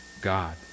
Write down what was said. God